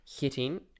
hitting